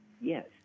yes